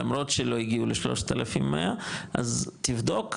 למרות שלא הגיעו ל-3,100 אז תבדוק,